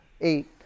eight